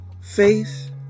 Faith